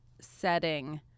setting